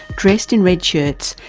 dressed in red shirts,